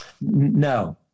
No